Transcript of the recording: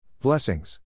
Blessings